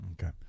Okay